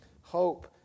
hope